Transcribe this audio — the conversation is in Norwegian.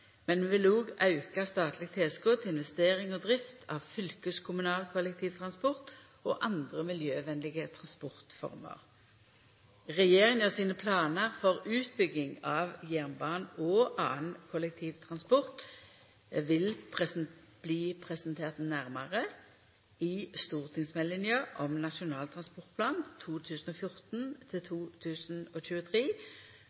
men vi vil òg auka statlege tilskot til investering og drift av fylkeskommunal kollektivtransport og andre miljøvenlege transportformer. Regjeringa sine planar for utbygging av jernbanen og annan kollektivtransport vil bli presenterte nærmare i stortingsmeldinga om Nasjonal transportplan